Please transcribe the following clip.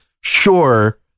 sure